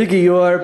בגיור,